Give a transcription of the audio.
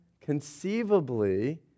Conceivably